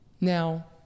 Now